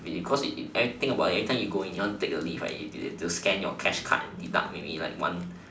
is it cause it everything about it you go in you want to take the lift right you have to scan your cash card and maybe deduct like one